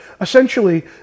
Essentially